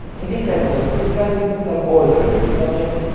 in this episode we'll try to put some order in the subject,